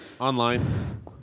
Online